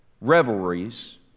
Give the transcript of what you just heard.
revelries